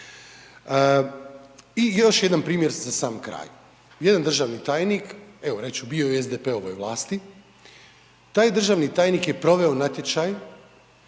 I još jedan primjer za sam kraj. Jedan državni tajnik, evo reći ću, bio je u SDP-ovoj vlasti, taj državni tajnik je proveo natječaj,